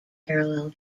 parallel